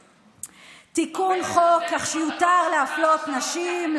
תיקון חוק כך שיותר להפלות נשים,